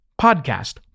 podcast